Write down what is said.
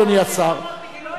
אדוני השר,